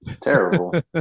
terrible